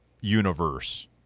universe